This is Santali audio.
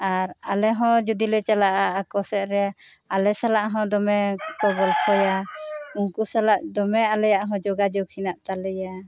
ᱟᱨ ᱟᱞᱮ ᱦᱚᱸ ᱡᱩᱫᱤ ᱞᱮ ᱪᱟᱞᱟᱜ ᱟ ᱟᱠᱚ ᱥᱮᱫ ᱨᱮ ᱟᱞᱮ ᱥᱟᱞᱟᱜ ᱫᱚᱢᱮ ᱠᱚ ᱜᱚᱞᱯᱷᱚᱭᱟ ᱩᱱᱠᱩ ᱥᱟᱞᱟᱜ ᱫᱚᱢᱮ ᱟᱞᱮᱭᱟᱜ ᱦᱚᱸ ᱡᱚᱜᱟᱡᱚᱜᱽ ᱢᱮᱱᱟᱜ ᱛᱟᱞᱮᱭᱟ